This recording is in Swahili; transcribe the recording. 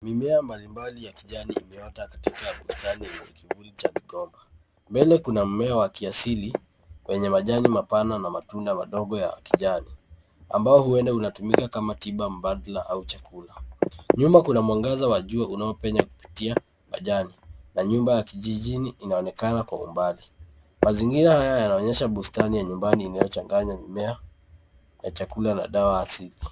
Mimea mbali mbali ya kijani imeota katika bustani ya vibuyu cha mikomba. Mbele kuna mmea wa kiasili wenye majani mapana matunda madogo ya kijani ambayo huenda yanatumika kama tiba mbadala au chakula. Nyuma kuna mwangaza wa jua unaopenya kupitia majani na nyumba ya kijijini inaonekana kwa umbali. Mazingira haya yanaonyesha bustani ya nyumbani inayochanganya mimea ya chakula na dawa asili.